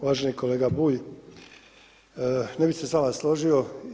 Uvaženi kolega Bulj, ne bi se s vama složio.